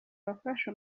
wafashe